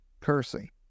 cursing